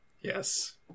yes